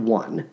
one